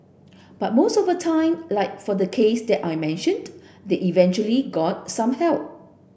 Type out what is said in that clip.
but most of the time like for the case that I mentioned they eventually got some help